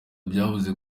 byabuze